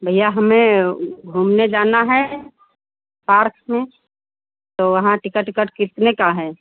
भैया हमें घूमने जाना है पार्क में तो वहाँ टिकट विकट कितने का है